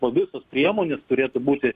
o visos priemonės turėtų būti